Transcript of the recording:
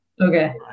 okay